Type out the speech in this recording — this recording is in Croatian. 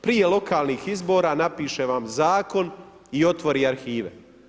Prije lokalnih izbora napiše vam zakon i otvori arhive.